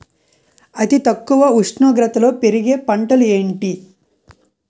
అతి తక్కువ ఉష్ణోగ్రతలో పెరిగే పంటలు ఏంటి?